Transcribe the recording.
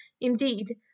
Indeed